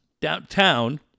downtown